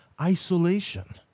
isolation